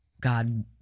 God